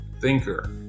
thinker